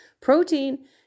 Protein